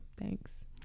Thanks